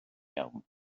iawn